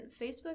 Facebook